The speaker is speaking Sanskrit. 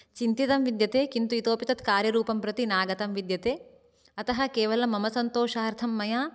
चिन्तितम् विद्यते किन्तु इतोऽपि तद् कार्यरूपं प्रति न आगतं विद्यते अतः केवलं मम सन्तोषार्थं मया